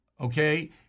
okay